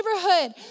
neighborhood